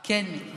כן, מיקי.